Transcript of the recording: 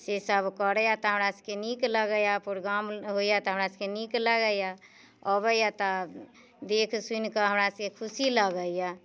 सेसभ करैए तऽ हमरासभकेँ नीक लगैए प्रोग्राम होइए तऽ हमरासभकेँ नीक लगैए अबैए तऽ देख सुनि कऽ हमरासभकेँ खुशी लगैए